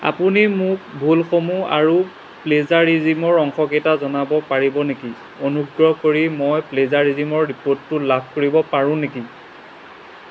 আপুনি মোক ভুলসমূহ আৰু প্লেজাৰিজিমৰ অংশকেইটা জনাব পাৰিব নেকি অনুগ্ৰহ কৰি মই প্লেজাৰিজিমৰ ৰিপোৰ্টটো লাভ কৰিব পাৰোঁ নেকি